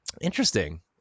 interesting